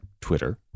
Twitter